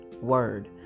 Word